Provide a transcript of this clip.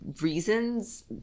reasons